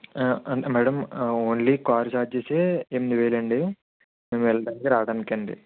అంటే madam only car ఛార్జెసే ఎనిమిది వేలండి మేము వెళ్ళడానికి రావడానికండి